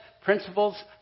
principles